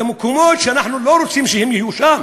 למקומות שאנחנו לא רוצים שהם יהיו שם.